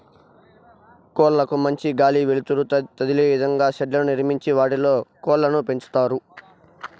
కోళ్ళ కు మంచి గాలి, వెలుతురు తదిలే ఇదంగా షెడ్లను నిర్మించి వాటిలో కోళ్ళను పెంచుతారు